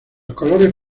colores